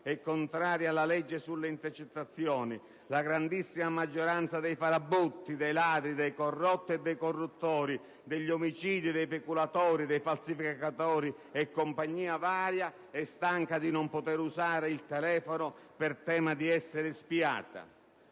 è contraria alla legge sulle intercettazioni. La grandissima maggioranza» (dei farabutti, dei ladri, dei corrotti e dei corruttori, degli omicidi, dei peculatori, dei falsificatori, e compagnia varia) «è stanca di non poter usare il telefono per tema di essere spiata»